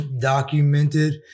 documented